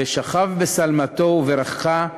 ושכב בשלמתו וברכך,